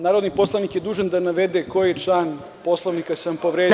Narodni poslanik je dužan da navede koji član Poslovnika sam povredio.